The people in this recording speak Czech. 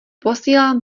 posílám